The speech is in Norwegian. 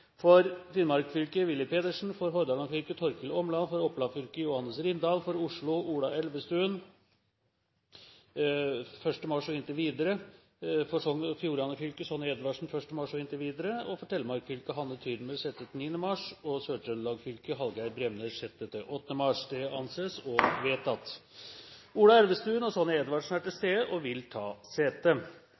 For Finnmark fylke: Willy Pedersen 6.–8. mars For Hordaland fylke: Torkil Åmland 6.–8. mars For Oppland fylke: Johannes Rindal 6.–8. mars For Oslo: Ola Elvestuen 1. mars og inntil videre For Sogn og Fjordane fylke: Sonja Edvardsen 1. mars og inntil videre For Telemark fylke: Hanne Thürmer 6.–9. mars For Sør-Trøndelag fylke: Hallgeir Bremnes 6.–8. mars Ola Elvestuen og Sonja Edvardsen er til stede og vil ta sete.